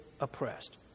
oppressed